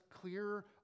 clear